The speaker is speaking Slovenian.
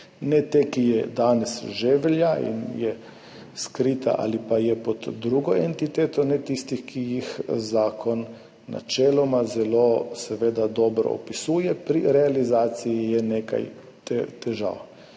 ne te, ki danes že velja in je skrita ali pa je pod drugo entiteto, ne tistih, ki jih zakon načeloma zelo dobro opisuje. Pri realizaciji je nekaj težav.